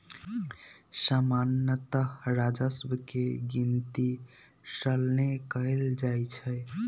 सामान्तः राजस्व के गिनति सलने कएल जाइ छइ